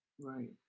Right